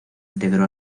integró